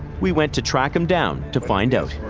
we went to track him down to find out.